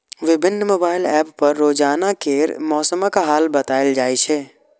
विभिन्न mobile app पर रोजाना केर मौसमक हाल बताएल जाए छै